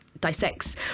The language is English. dissects